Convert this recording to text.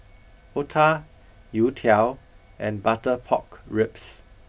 otah youtiao and butter pork ribs